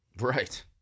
Right